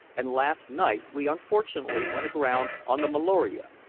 and last night we unfortunately went aground on the meloria.